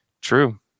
True